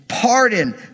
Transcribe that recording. Pardon